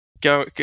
go